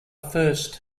first